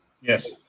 Yes